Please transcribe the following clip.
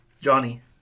Johnny